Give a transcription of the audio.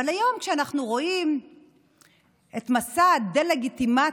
אבל היום, כשאנחנו רואים את מסע הדה-לגיטימציה